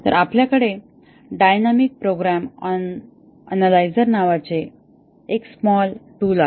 तर आपल्याकडे dynamic program analyser नावाचे एक स्मॉल टूल आहे